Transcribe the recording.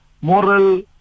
moral